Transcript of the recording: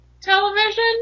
television